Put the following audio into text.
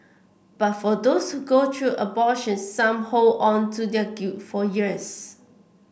but for those go through abortions some hold on to their guilt for years